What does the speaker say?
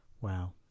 Wow